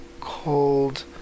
called